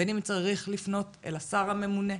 בין אם צריך לפנות אל השר הממונה,